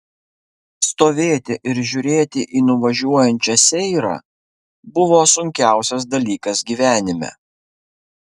stovėti ir žiūrėti į nuvažiuojančią seirą buvo sunkiausias dalykas gyvenime